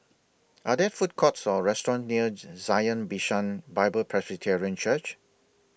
Are There Food Courts Or restaurants near Zion Bishan Bible Presbyterian Church